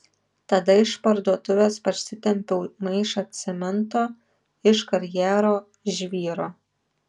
tada iš parduotuvės parsitempiau maišą cemento iš karjero žvyro